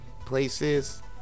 Places